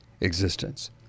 existence